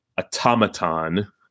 automaton